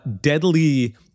deadly